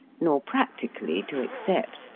nor practically to accept,